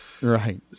Right